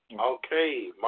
Okay